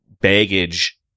baggage